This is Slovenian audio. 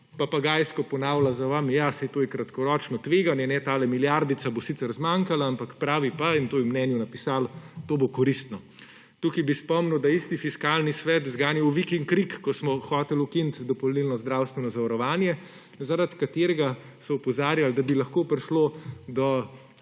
papagajsko ponavlja za vami, ja saj to je kratkoročno tveganje, tale milijardica bo sicer zmanjkala, ampak pravi pa, in to je v mnenju napisal, to bo koristno. Tukaj bi spomnil, da je isti Fiskalni svet zganjal vik in krik, ko smo hoteli ukiniti dopolnilno zdravstveno zavarovanje, zaradi česar so opozarjali, da bi lahko prišlo do